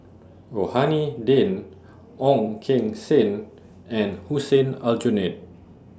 Rohani Din Ong Keng Sen and Hussein Aljunied